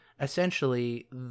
essentially